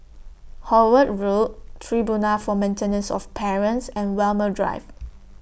Howard Road Tribunal For Maintenance of Parents and Walmer Drive